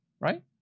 right